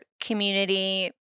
community